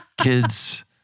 kids